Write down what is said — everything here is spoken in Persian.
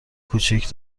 کوچیک